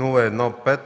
354-01-5